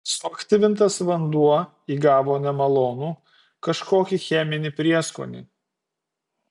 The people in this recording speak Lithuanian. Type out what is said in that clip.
suaktyvintas vanduo įgavo nemalonų kažkokį cheminį prieskonį